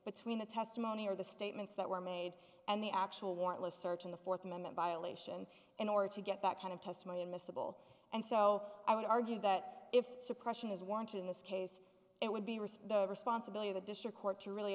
between the testimony or the statements that were made and the actual warrantless search on the fourth amendment violation in order to get that kind of testimony admissible and so i would argue that if suppression is warranted in this case it would be risk of responsibility the district court to really